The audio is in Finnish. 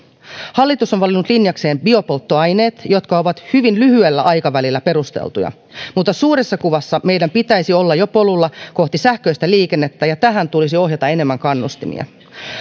hallitus on valinnut linjakseen biopolttoaineet jotka ovat hyvin lyhyellä aikavälillä perusteltuja mutta suuressa kuvassa meidän pitäisi olla jo polulla kohti sähköistä liikennettä ja tähän tulisi ohjata enemmän kannustimia